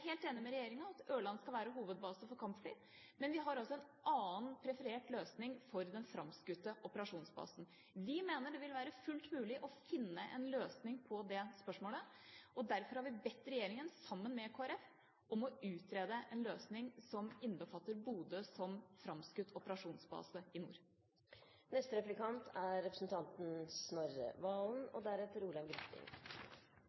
helt enig med regjeringa i at Ørland skal være hovedbase for kampfly, men vi har en annen preferert løsning for den framskutte operasjonsbasen. Vi mener det vil være fullt mulig å finne en løsning på det spørsmålet. Derfor har vi, sammen med Kristelig Folkeparti, bedt regjeringa om å utrede en løsning som innbefatter Bodø som framskutt operasjonsbase i nord. I innstillingen på side 27 er det en merknad fra Fremskrittspartiet og